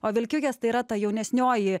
o vilkiukės tai yra ta jaunesnioji